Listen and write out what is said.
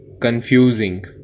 Confusing